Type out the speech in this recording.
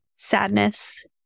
sadness